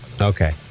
Okay